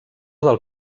del